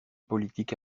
politique